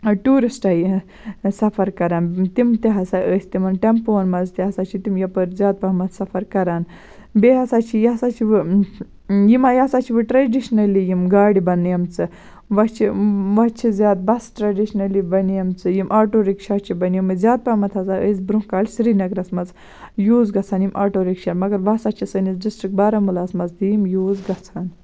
تیوٗرِسٹَے یہِ سفر کَران تِم تہِ ہَسا ٲسۍ تِمَن ٹٮ۪مپووَن منٛز تہِ ہَسا چھِ تِم یَپٲرۍ زیادٕ پَہمَتھ سفر کَران بیٚیہِ ہَسا چھِ یہِ ہَسا چھِ یِم یہِ ہَسا چھِ وٕ ٹرٛیڈِشنلی یِم گاڑِ بَنیمژٕ وَ چھِ وَ چھےٚ زیادٕ بَس ٹرٛیڈِشنلی بَنیمژٕ یِم آٹو رِکشا چھِ بَنیمٕتۍ زیادٕ پَہمَتھ ہَسا ٲسۍ بروںٛہہ کالہِ سرینگرَس منٛز یوٗز گژھان یِم آٹو رِکشا مگر بہٕ ہَسا چھَس سٲنِس ڈِسٹِرٛک بارہمولاہَس منٛز تہِ یِم یوٗز گژھان